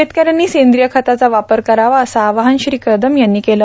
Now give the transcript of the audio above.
शेतकऱ्यांनी सेंद्रिय खताचा वापर करावा असं आवाहन श्री कदम यांनी केलं